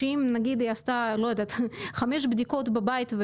שאם היא עשתה חמש בדיקות בבית,